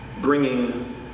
bringing